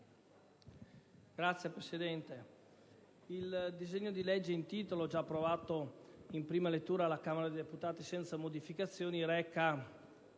Signor Presidente, il disegno di legge in titolo, già approvato in prima lettura alla Camera dei deputati senza modificazioni, reca